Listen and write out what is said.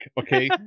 okay